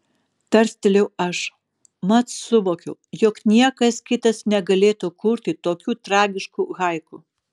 tarstelėjau aš mat suvokiau jog niekas kitas negalėtų kurti tokių tragiškų haiku